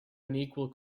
unequal